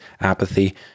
apathy